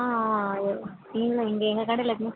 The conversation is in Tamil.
ஆ ஆ ஆ எ இல்லை இங்கே எங்கள் கடையில் எப்போதுமே